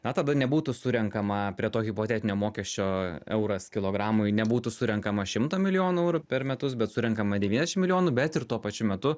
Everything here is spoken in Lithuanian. na tada nebūtų surenkama prie to hipotetinio mokesčio euras kilogramui nebūtų surenkama šimto milijonų eurų per metus bet surenkama devyniasdešim milijonų bet ir tuo pačiu metu